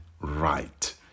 right